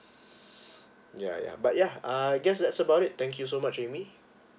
yeah yeah but yeah uh I guess that's about it thank you so much amy